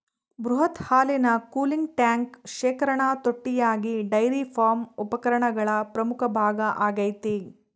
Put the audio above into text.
ಬೃಹತ್ ಹಾಲಿನ cooling tank ಶೇಖರಣಾ ತೊಟ್ಟಿಯಾಗಿ ಡೈರಿ ಫಾರ್ಮ್ ಉಪಕರಣಗಳ ಪ್ರಮುಖ ಭಾಗ ಆಗೈತೆ